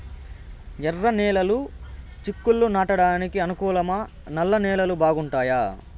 ఎర్రనేలలు చిక్కుళ్లు నాటడానికి అనుకూలమా నల్ల నేలలు బాగుంటాయా